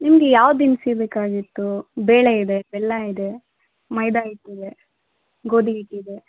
ನಿಮಗೆ ಯಾವ ದಿನಸಿ ಬೇಕಾಗಿತ್ತು ಬೇಳೆ ಇದೆ ಬೆಲ್ಲ ಇದೆ ಮೈದಾ ಹಿಟ್ಟಿದೆ ಗೋಧಿ ಹಿಟ್ಟಿದೆ